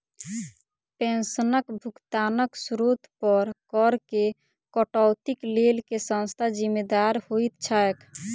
पेंशनक भुगतानक स्त्रोत पर करऽ केँ कटौतीक लेल केँ संस्था जिम्मेदार होइत छैक?